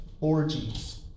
orgies